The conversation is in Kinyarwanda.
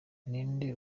ninde